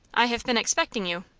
i have been expecting you.